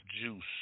juice